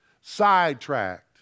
sidetracked